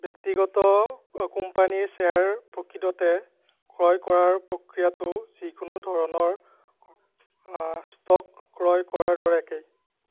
ব্যক্তিগত কোম্পানীৰ শ্বেয়াৰ প্ৰকৃততে ক্ৰয় কৰাৰ প্ৰক্ৰিয়াটো যিকোনো ধৰণৰ ষ্টক ক্ৰয় কৰাৰ দৰে একেই